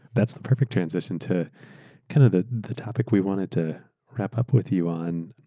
that's the perfect transition to kind of the the topic we wanted to wrap up with you on.